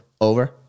Over